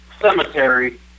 cemetery